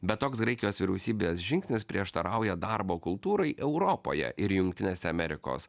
bet toks graikijos vyriausybės žingsnis prieštarauja darbo kultūrai europoje ir jungtinėse amerikos